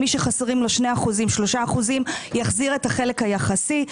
מי שחסרים לו 2%, 3%, יחזיר את החלק היחסי.